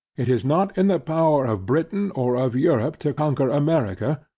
it is not in the power of britain or of europe to conquer america,